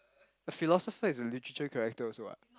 a philosopher is a literature character also [what]